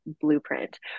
blueprint